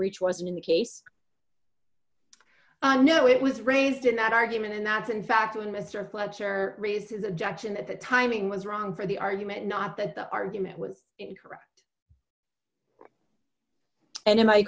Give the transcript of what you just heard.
breach wasn't in the case i know it was raised in that argument and that in fact when mr fletcher raised his objection that the timing was wrong for the argument not that the argument was correct and am i